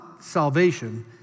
salvation